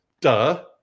duh